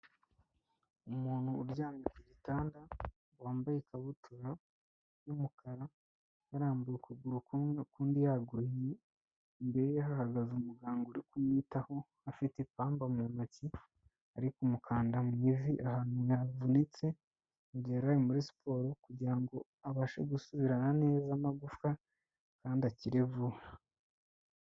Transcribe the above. Umuntu uryamye ku gitanda wambaye ikabutura y'umukara, yarambuye ukuguru kumwe, ukundi yaguhinnye, imbere hahagaze umuganga uri kumwitaho, afite ipamba mu ntoki ari kumukanda mu ivi ahantu havunitse, mu gihe yari ari muri siporo kugira ngo abashe gusubirana neza amagufwa kandi akire vuba.